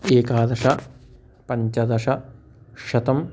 एकादश पञ्चदश शतं